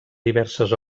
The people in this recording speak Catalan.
diverses